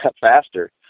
faster